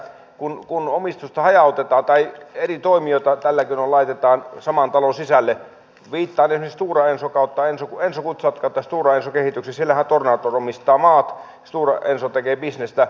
ensinnäkin kun omistusta hajautetaan tai eri toimijoita tällä keinoin laitetaan saman talon sisälle viittaan esimerkiksi enso gutzeitstora enso kehitykseen siellähän tornator omistaa maat ja stora enso tekee bisnestä